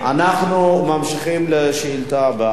אנחנו ממשיכים לשאילתא הבאה.